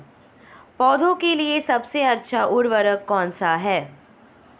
पौधों के लिए सबसे अच्छा उर्वरक कौनसा हैं?